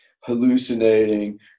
hallucinating